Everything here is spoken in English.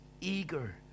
eager